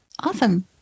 awesome